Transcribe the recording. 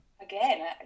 again